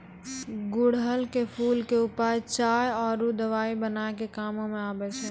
गुड़हल के फूल के उपयोग चाय आरो दवाई बनाय के कामों म आबै छै